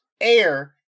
air